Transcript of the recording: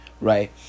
right